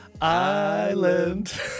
Island